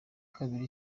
kabiri